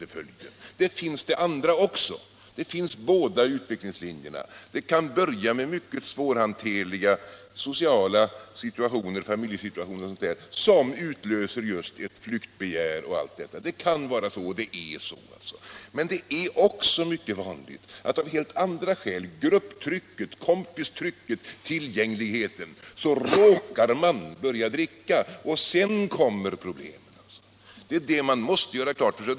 Men det finns den andra möjligheten också. Det finns båda utvecklingslinjerna. Det kan börja med en mycket svårhanterlig social situation, familjesituationer och sådant, som utvecklar just flyktbegäret och allt detta. Det kan vara så, och det är så. Men det är också mycket vanligt att ungdomar av helt andra skäl, grupptryck, kompistryck, tillgänglighet, råkar börja dricka, och sedan kommer problemen. Det är detta man måste göra klart sig.